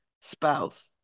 spouse